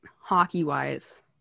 hockey-wise